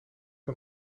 een